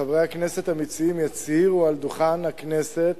שחברי הכנסת המציעים יצהירו על דוכן הכנסת